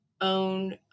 own